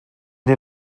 den